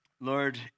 Lord